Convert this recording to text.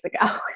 ago